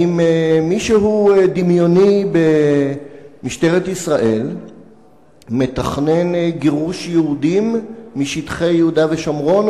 האם מישהו דמיוני במשטרת ישראל מתכנן גירוש יהודים משטחי יהודה ושומרון